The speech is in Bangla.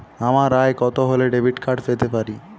আমার আয় কত হলে ডেবিট কার্ড পেতে পারি?